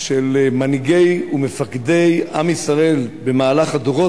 של מנהיגי ומפקדי עם ישראל במהלך הדורות